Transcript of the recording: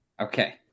Okay